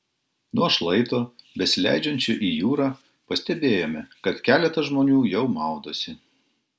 nuo šlaito besileidžiančio į jūrą pastebėjome kad keletas žmonių jau maudosi